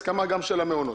זו הסכמה גם של המעונות.